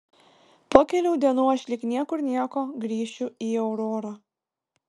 po kelių dienų aš lyg niekur nieko grįšiu į aurorą